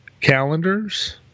calendars